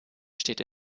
steht